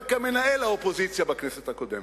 אלא כמנהל האופוזיציה בכנסת הקודמת.